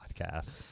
podcast